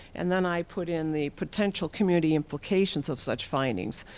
and then i put in the potential community implications of such findings.